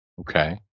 Okay